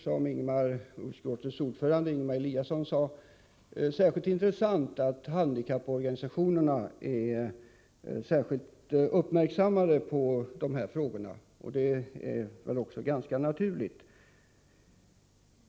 Som utskottets ordförande, Ingemar Eliasson, sade är det särskilt intressant att handikapporganisationerna är särskilt uppmärksamma på dessa frågor. Det är väl också ganska naturligt.